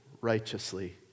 righteously